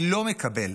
אני לא מקבל